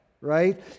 right